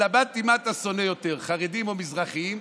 התלבטתי מה אתה שונא יותר, חרדים או מזרחים.